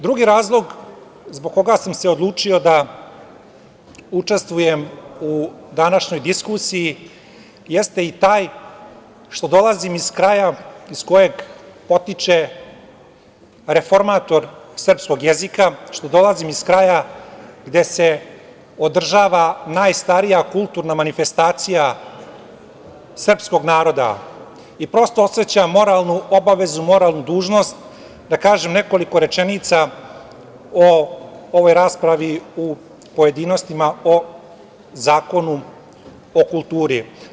Drugi razlog zbog koga sam se odlučio da učestvujem u današnjoj diskusiji jeste i taj što dolazim iz kraja iz kojeg potiče reformator srpskog jezika, što dolazim iz kraja gde se održava najstarija kulturna manifestacija srpskog naroda i prosto osećam moralnu obavezu, moralnu dužnost da kažem nekoliko rečenica o ovoj raspravi u pojedinostima o Zakonu o kulturi.